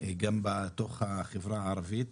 גם בתוך החברה הערבית,